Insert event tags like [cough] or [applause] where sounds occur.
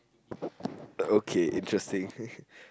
okay interesting [laughs]